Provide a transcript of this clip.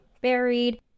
buried